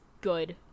Good